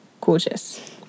gorgeous